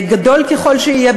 גדול ככל שיהיה,